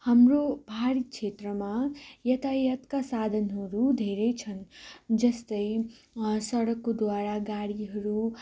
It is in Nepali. हाम्रो पहाडी क्षेत्रमा यातायातका साधनहरू धेरै छन् जस्तै सडककोद्वारा गाडीहरू